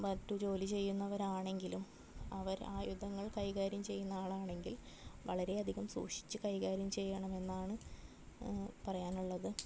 മറ്റ് ജോലി ചെയ്യുന്നവരാണെങ്കിലും അവർ ആയുധങ്ങൾ കൈകാര്യം ചെയ്യുന്ന ആളാണെങ്കിൽ വളരെയധികം സൂക്ഷിച്ച് കൈകാര്യം ചെയ്യണമെന്നാണ് പറയാനുള്ളത്